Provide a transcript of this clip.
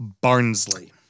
Barnsley